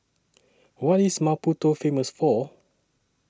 What IS Maputo Famous For